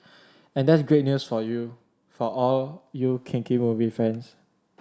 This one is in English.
and that's great news for you for all you kinky movie fans